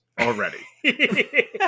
already